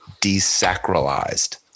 desacralized